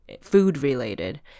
food-related